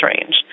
range